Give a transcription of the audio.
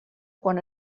quan